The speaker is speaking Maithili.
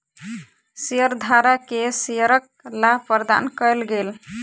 शेयरधारक के शेयरक लाभ प्रदान कयल गेल